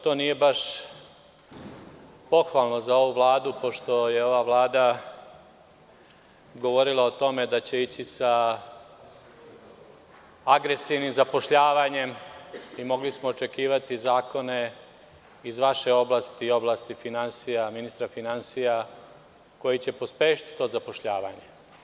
To nije baš pohvalno za ovu Vladu, pošto je ova Vlada govorila o tome da će ići sa agresivnim zapošljavanjem i mogli smo očekivati zakone iz vaše oblasti i oblasti finansija koji će pospešiti to zapošljavanje.